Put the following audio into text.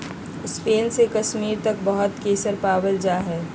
Spain से कश्मीर तक बहुत केसर पावल जा हई